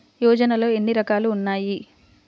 యోజనలో ఏన్ని రకాలు ఉన్నాయి?